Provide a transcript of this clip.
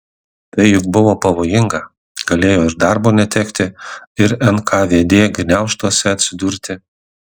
tai juk buvo pavojinga galėjo ir darbo netekti ir nkvd gniaužtuose atsidurti